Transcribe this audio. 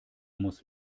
muss